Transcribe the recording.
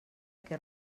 que